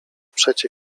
przecie